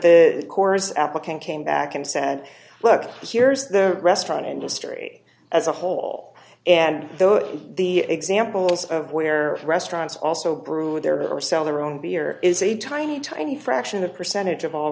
the corps applicant came back and said look here's the restaurant industry as a whole and though the examples of where restaurants also brewed there are sell their own beer is a tiny tiny fraction of percentage of all